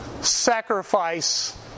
sacrifice